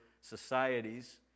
societies